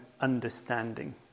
understanding